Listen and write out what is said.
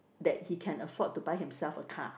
that he can afford to buy himself a car